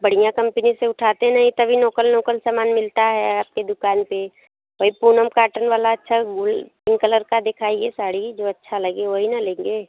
बढ़िया कंपनी से उठाते नहीं तभी नोकल लोकल सामान मिलता है आपकी दुकान पे वही पूनम काटन वाला अच्छा वही पिंक कलर का दिखाइए साड़ी जो अच्छा लगे वही ना लेंगे